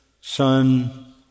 son